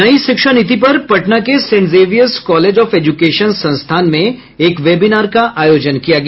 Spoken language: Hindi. नई शिक्षा नीति पर पटना के saint Xavier's college of education संस्थान में एक वेबिनार का आयोजन किया गया